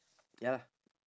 ya